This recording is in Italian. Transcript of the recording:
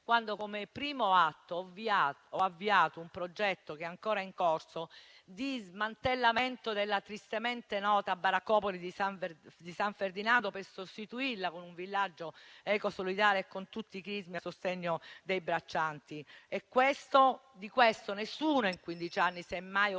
quando, come primo atto, ho avviato un progetto - ancora in corso - di smantellamento della tristemente nota baraccopoli di San Ferdinando per sostituirla con un villaggio ecosolidale, con tutti i crismi, a sostegno dei braccianti. Di questo nessuno in quindici anni si è mai occupato,